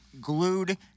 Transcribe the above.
glued